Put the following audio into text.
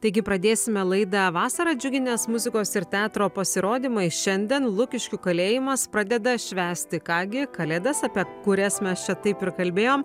taigi pradėsime laidą vasarą džiuginęs muzikos ir teatro pasirodymais šiandien lukiškių kalėjimas pradeda švęsti ką gi kalėdas apie kurias mes čia taip ir kalbėjom